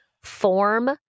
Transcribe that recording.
form